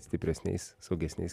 stipresniais saugesniais